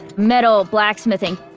metal, blacksmithing